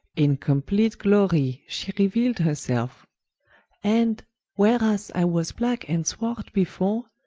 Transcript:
in compleat glory shee reueal'd her selfe and whereas i was black and swart before,